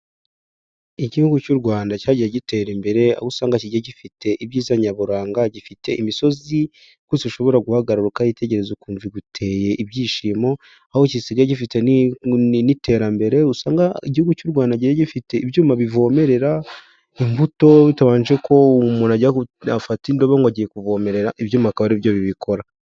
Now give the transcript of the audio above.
Igihugu cy'u Rwanda cyagiye gitera imbere aho usanga kijye gifite ibyiza nyaburanga; gifite imisozi rwose ushobora guhagarara ukayitegereza ukumva iguteye ibyishimo, aho gisigaye gifite n'iterambere usanga igihugu cy'u Rwanda kigiye gifite ibyuma bivomerera imbuto bitabanje ko umuntu ajya gufata indobo ngo agiye kuvomerera, ibyuma bikaba aribyo bibikora.